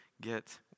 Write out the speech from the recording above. get